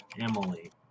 Emily